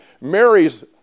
Mary's